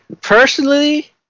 personally